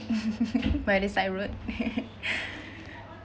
by the side road